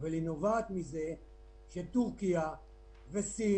אבל היא נובעת מכך שטורקיה וסין